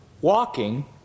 walking